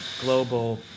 global